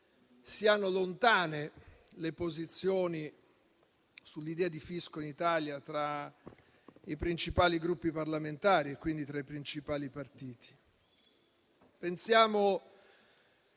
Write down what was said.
siano lontane le posizioni sull'idea di fisco in Italia tra i principali Gruppi parlamentari e, quindi, tra i principali partiti.